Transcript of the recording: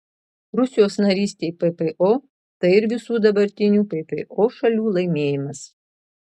rusijos narystė ppo tai ir visų dabartinių ppo šalių laimėjimas